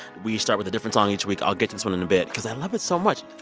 we start with a different song each week. i'll get this one in a bit because i love it so much.